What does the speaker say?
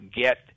get